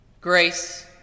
Grace